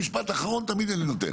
משפט אחרון תמיד אני נותן.